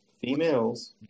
females